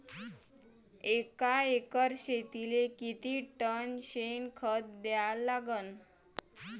एका एकर शेतीले किती टन शेन खत द्या लागन?